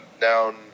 down